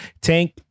tank